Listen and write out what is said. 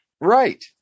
right